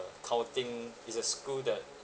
counting it's a school that